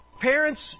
Parents